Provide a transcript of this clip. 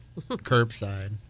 curbside